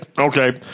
Okay